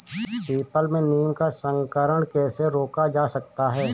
People में नीम का संकरण कैसे रोका जा सकता है?